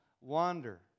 wander